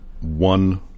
one